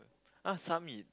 ah some in